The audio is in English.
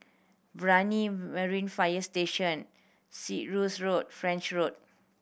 Brani Marine Fire Station Cyprus Road French Road